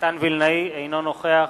אינו נוכח